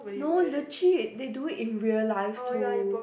no legit they do it in real life too